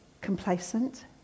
Complacent